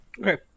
Okay